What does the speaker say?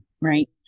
Right